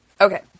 Okay